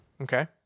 Okay